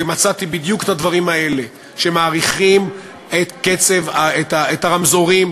ומצאתי בדיוק את הדברים האלה שמאריכים את משך האור הירוק ברמזורים